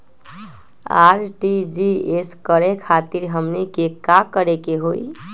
RTGS करे खातीर हमनी के का करे के हो ई?